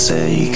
Say